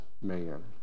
man